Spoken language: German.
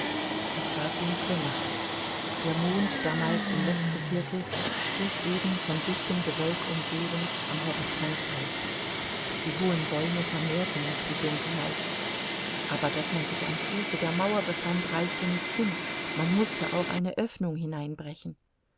es war dunkle nacht der mond damals im letzten viertel stieg eben von dichtem gewölk umgeben am horizont auf die hohen bäume vermehrten noch die dunkelheit aber daß man sich am fuße der mauer befand reichte nicht hin man mußte auch eine oeffnung hineinbrechen